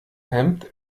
hemd